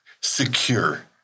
secure